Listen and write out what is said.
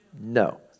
No